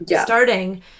starting